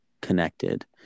connected